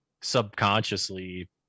subconsciously